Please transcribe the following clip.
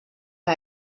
que